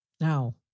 Now